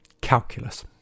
calculus